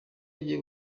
agiye